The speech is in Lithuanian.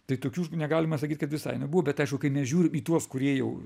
tai tokių negalima sakyt kad visai nebuvo bet aišku kai nežiūrim į tuos kurie jau